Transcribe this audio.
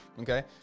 okay